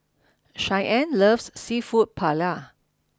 Cheyenne loves seafood Paella